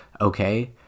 okay